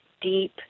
deep